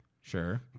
Sure